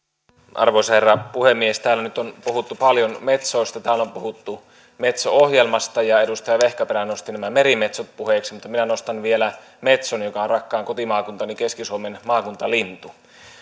arvoisa herra puhemies täällä nyt on puhuttu paljon metsoista täällä on paljon puhuttu metso ohjelmasta ja edustaja vehkaperä nosti nämä merimetsot puheeksi mutta minä nostan vielä metson joka on rakkaan kotimaakuntani keski suomen maakuntalintu